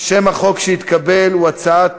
שם החוק שהתקבל הוא הצעת